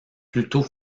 plutôt